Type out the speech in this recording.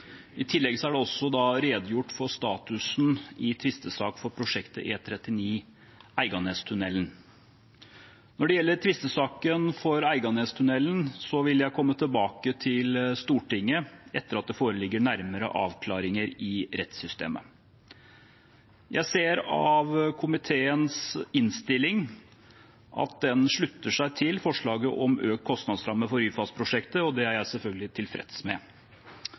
I tillegg er det redegjort for status i tvistesak for prosjektet E39 Eiganestunnelen. Når det gjelder tvistesaken for Eiganestunnelen, vil jeg komme tilbake til Stortinget etter at det foreligger nærmere avklaringer i rettssystemet. Jeg ser av komiteens innstilling at den slutter seg til forslaget om økt kostnadsramme for Ryfast-prosjektet. Det er jeg selvfølgelig tilfreds med.